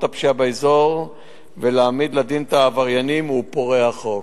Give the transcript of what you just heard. הפשיעה באזור ולהעמיד לדין את העבריינים ופורעי החוק.